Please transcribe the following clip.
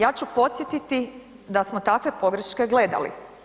Ja ću podsjetiti da smo takve pogreške gledali.